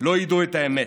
לא ידעו את האמת.